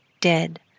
dead